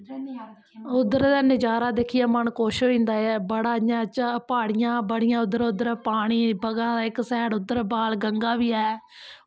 उध्दर दा नज़ारा दिक्खियै मन खुश होइ जंदा ऐ साढ़ै इयां प्हाड़ियां बड़ियां इयां उद्दर उध्दर पानी बगा दा उद्दर इक साईड बाल गंगां बी ऐ